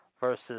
versus